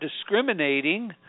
discriminating